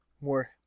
more